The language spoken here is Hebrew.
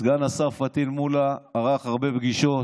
סגן השר ערך הרבה פגישות,